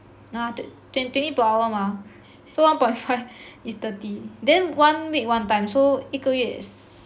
no ah twenty twenty per hour mah so one point five is thirty then one week one time so 一个月 is